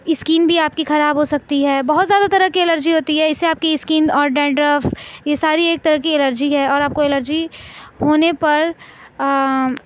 scan بھی آپ کی خراب ہو سکتی ہے بہت زیادہ طرح کی الرجی ہوتی ہے اس سے آپ کی اسکن اور ڈینڈرف یہ ساری ایک طرح کی الرجی ہے اور آپ کو الرجی ہونے پر